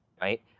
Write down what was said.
right